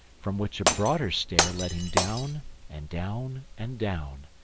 from which a broader stair led him down and down and down,